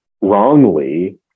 wrongly